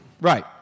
Right